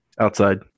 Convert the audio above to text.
Outside